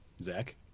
Zach